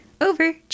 Over